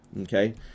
Okay